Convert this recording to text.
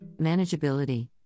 manageability